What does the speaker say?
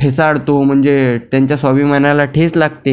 ठेचाळतो म्हणजे त्यांच्या स्वाभिमानाला ठेच लागते